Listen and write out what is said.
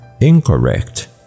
incorrect